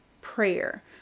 prayer